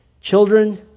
children